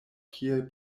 kiel